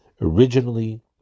Originally